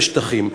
זה שטחים,